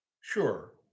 sure